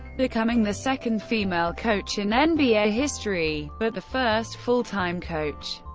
becoming the second female coach in and nba history, but the first full-time coach.